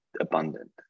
abundant